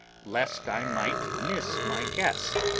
lest i might miss my guest,